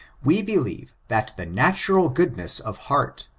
we believe that the natural goodness of heart,